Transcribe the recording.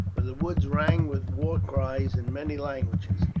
for the woods rang with war cries in many languages.